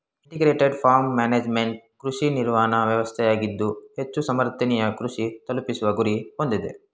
integrated farm management ಕೃಷಿ ನಿರ್ವಹಣಾ ವ್ಯವಸ್ಥೆಯಾಗಿದ್ದು ಹೆಚ್ಚು ಸಮರ್ಥನೀಯ ಕೃಷಿ ತಲುಪಿಸುವ ಗುರಿ ಹೊಂದಿದೆ